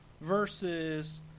versus